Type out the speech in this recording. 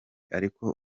ariko